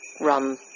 rum